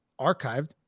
archived